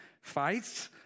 fights